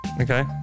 Okay